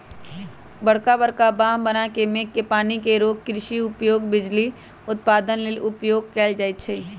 बरका बरका बांह बना के मेघ के पानी के रोक कृषि उपयोग, बिजली उत्पादन लेल उपयोग कएल जाइ छइ